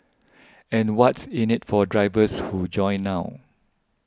and what's in it for drivers who join now